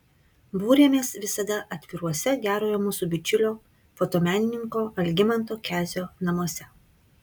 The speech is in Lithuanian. būrėmės visada atviruose gerojo mūsų bičiulio fotomenininko algimanto kezio namuose